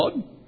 God